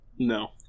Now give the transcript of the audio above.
No